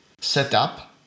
setup